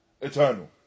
eternal